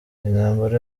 intambara